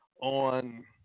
on